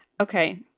Okay